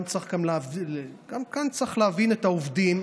גם כאן צריך להבין את העובדים.